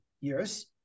years